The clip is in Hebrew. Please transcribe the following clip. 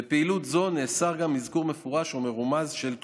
בפעילות זו נאסר גם אזכור מפורש ומרומז של תרופה.